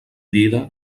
dida